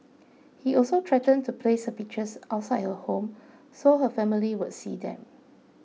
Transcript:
he also threatened to place her pictures outside her home so her family would see them